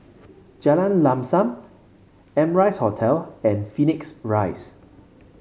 Jalan Lam Sam Amrise Hotel and Phoenix Rise